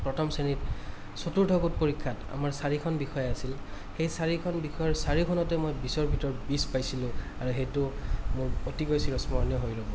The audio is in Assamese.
প্ৰথম শ্ৰেণীত চতুৰ্থ গোট পৰীক্ষাত আমাৰ চাৰিখন বিষয় আছিল সেই চাৰিখন বিষয়ৰ চাৰিওখনতে মই বিছৰ ভিতৰত বিছ পাইছিলোঁ আৰু সেইটো মোৰ অতিকৈ চিৰ স্মৰণীয় হৈ ৰ'ব